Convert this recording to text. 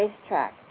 Racetrack